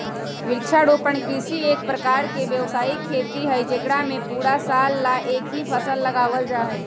वृक्षारोपण कृषि एक प्रकार के व्यावसायिक खेती हई जेकरा में पूरा साल ला एक ही फसल उगावल जाहई